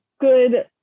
good